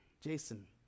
Jason